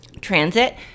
transit